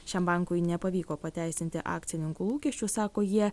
šiam bankui nepavyko pateisinti akcininkų lūkesčių sako jie